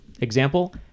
Example